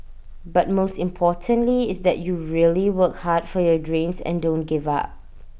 but most importantly is that you really work hard for your dreams and don't give up